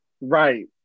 right